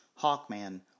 Hawkman